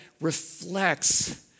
reflects